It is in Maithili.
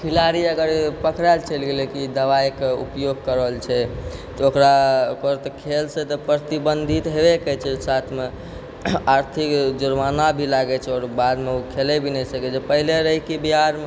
खेलाड़ी अगर पकड़ैल चलि गेलै की ई दवाइके उपयोग कऽ रहल छै तऽ ओकरापर तऽ खेलसँ तऽ प्रतिबन्धित हेबे करै छै साथमे आर्थिक जुर्माना भी लागै छै आओर बादमे ओ खेलै भी नै सकै छै पहिले रहै की बिहारमे